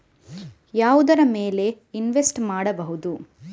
ಯಾವುದರ ಮೇಲೆ ಇನ್ವೆಸ್ಟ್ ಮಾಡಬಹುದು?